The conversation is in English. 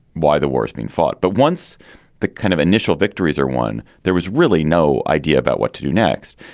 why the war is being fought. but once the kind of initial victories are won, there was really no idea about what to do next.